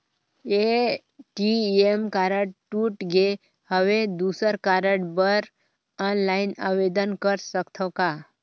ATM card टूट गे हववं दुसर कारड बर ऑनलाइन आवेदन कर सकथव का?